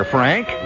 Frank